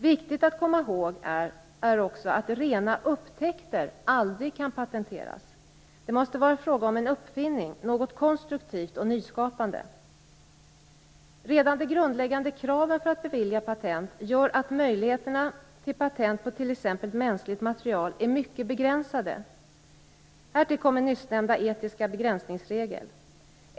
Viktigt att komma ihåg är också att rena upptäckter aldrig kan patenteras. Det måste vara fråga om en uppfinning, något konstruktivt och nyskapande. Redan de grundläggande kraven för att bevilja patent gör att möjligheterna till patent på t.ex. mänskligt material är mycket begränsade. Härtill kommer nyssnämnda etiska begränsningsregel.